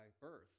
birth